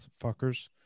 fuckers